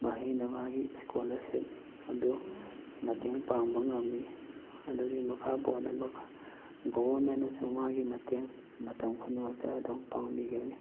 ꯃꯍꯩꯅ ꯃꯥꯒꯤ ꯏꯁꯀꯣꯂꯥꯔꯁꯤꯞ ꯑꯗꯨ ꯃꯇꯦꯡ ꯄꯥꯡꯕ ꯉꯝꯃꯤ ꯑꯗꯨꯒꯤ ꯃꯈꯥ ꯄꯣꯟꯅ ꯑꯃꯨꯛꯀ ꯒꯣꯕꯔꯃꯦꯟꯅꯁꯨ ꯃꯥꯒꯤ ꯃꯇꯦꯡ ꯃꯇꯝ ꯈꯨꯗꯤꯡꯃꯛꯇ ꯑꯗꯨꯝ ꯄꯥꯡꯕꯤꯒꯅꯤ